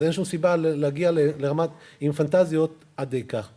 ‫אז אין שום סיבה להגיע לרמת ‫עם פנטזיות עד כדי כך.